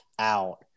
out